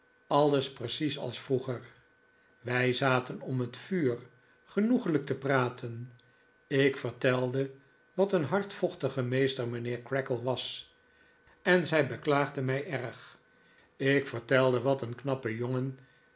alles precies als vroeger wij zaten om het vuur genoeglijk te praten ik vertelde wat een hardvochtige meester mijnheer creakle was en zij beklaagden mij erg ik vertelde wat een knappe jongen